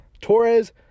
Torres